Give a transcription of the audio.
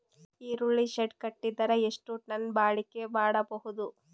ಈರುಳ್ಳಿ ಶೆಡ್ ಕಟ್ಟಿದರ ಎಷ್ಟು ಟನ್ ಬಾಳಿಕೆ ಮಾಡಬಹುದು?